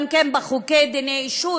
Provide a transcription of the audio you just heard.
גם בחוקי דיני אישות,